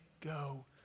go